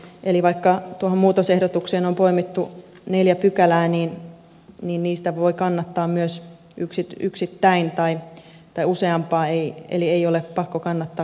eli vaikka tuohon muutosehdotukseen on poimittu neljä pykälää niin niitä voi kannattaa myös yksittäin tai useampaa eli ei ole pakko kannattaa kaikkia neljää